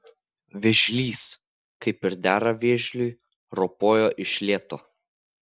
vėžlys kaip ir dera vėžliui ropojo iš lėto